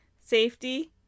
safety